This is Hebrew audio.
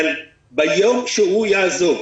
אבל ביום שהוא יעזוב,